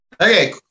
Okay